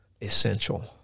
essential